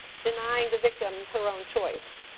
denying the victim her own choice.